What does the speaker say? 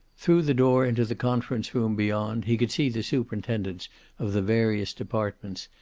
through the door into the conference room beyond he could see the superintendents of the various departments,